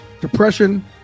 depression